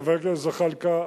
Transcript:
חבר הכנסת זחאלקה,